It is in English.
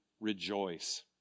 rejoice